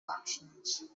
actions